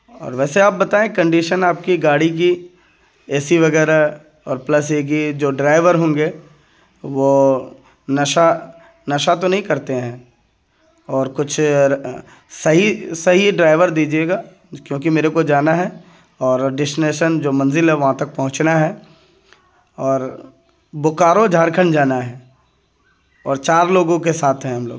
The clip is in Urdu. اور ویسے آپ بتائیں کنڈیشن آپ کی گاڑی کی اے سی وغیرہ اور پلس یہ کہ جو ڈرائیور ہوں گے وہ نشہ نشہ تو نہیں کرتے ہیں اور کچھ صحیح صحیح ڈرائیور دیجیے گا کیونکہ میرے کو جانا ہے اور ڈسٹنیشن جو منزل ہے وہاں تک پہنچنا ہے اور بکارو جھارکھنڈ جانا ہے اور چار لوگوں کے ساتھ ہیں ہم لوگ